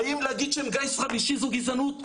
האם להגיד שהם גיס חמישי זאת גזענות?